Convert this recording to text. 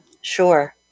Sure